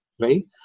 right